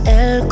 el